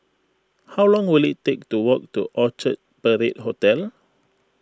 how long will it take to walk to Orchard Parade Hotel